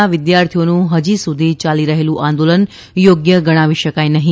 ના વિદ્યાર્થીઓનું હજી સુધી યાલી રહેલું આંદોલન યોગ્ય ગણાવી શકાય નહી